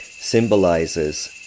symbolizes